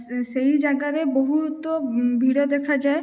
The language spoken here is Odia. ସେ ସେହି ଜାଗାରେ ବହୁତ ଭିଡ଼ ଦେଖାଯାଏ